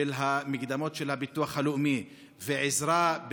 של מקדמות הביטוח הלאומי ועזרה,